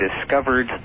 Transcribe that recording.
discovered